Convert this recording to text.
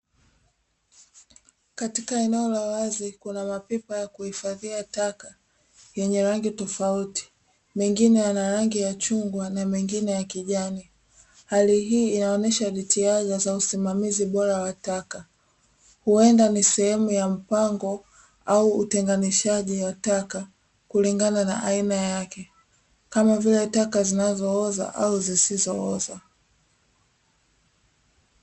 Katika eneo la wazi kuna mapipa ya kuhifadhia taka yenye rangi tofauti, mengine yana rangi ya chungwa na mengine ya kijani. Hali hii inaonyesha jitihada za usimamizi bora wa taka, huenda ni sehemu ya mpango au utenganishaji wa taka kulingana na aina yake; kama vile taka zinazooza au zisizooza.